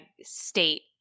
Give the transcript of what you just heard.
state